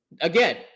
Again